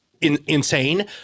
insane